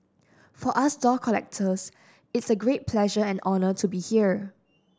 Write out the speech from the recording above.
for us doll collectors it's a great pleasure and honour to be here